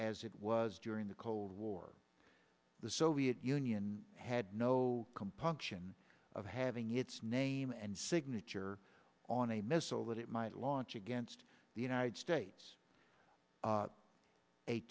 as it was during the cold war the soviet union had no compunction of having its name and signature on a missile that it might launch against the united states a